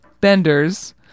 Benders